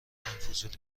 فضولی